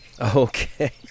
Okay